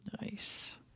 nice